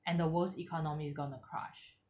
and the worst economy is gonna crush